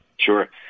Sure